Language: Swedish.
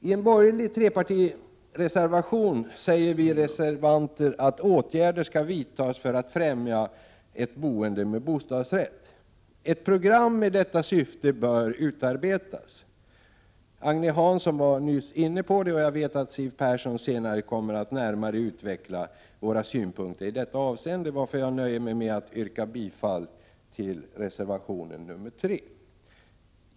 I en borgerlig trepartireservation kräver vi reservanter att åtgärder skall vidtas för att främja ett boende med bostadsrätt. Ett program i detta syfte bör utarbetas. Agne Hansson var nyss inne på den saken, och jag vet att Siw Persson senare kommer att närmare utveckla våra synpunkter i detta avseende. Därför nöjer jag mig med att yrka bifall till reservation 3.